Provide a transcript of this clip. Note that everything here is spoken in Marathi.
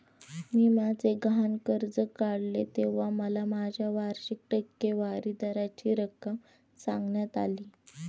मी माझे गहाण कर्ज काढले तेव्हा मला माझ्या वार्षिक टक्केवारी दराची रक्कम सांगण्यात आली